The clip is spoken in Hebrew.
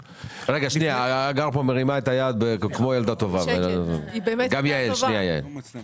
הגר יהב מרימה את היד כמו ילדה טובה וניתן לה רשות דיבור.